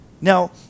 now